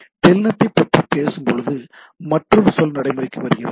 டெல்நெட்டைப் பற்றி பேசும்போது மற்றொரு சொல் நடைமுறைக்கு வருகிறது